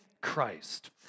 Christ